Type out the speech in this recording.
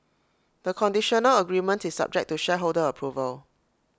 the conditional agreement is subject to shareholder approval